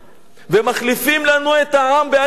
ומחליפים לנו את העם בהליכה.